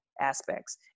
aspects